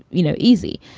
you know, easy.